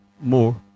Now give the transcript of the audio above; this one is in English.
more